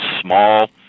small